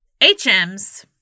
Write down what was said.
HMs